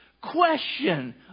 question